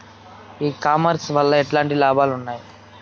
ఈ కామర్స్ వల్ల ఎట్లాంటి లాభాలు ఉన్నాయి?